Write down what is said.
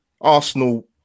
Arsenal